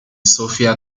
sophia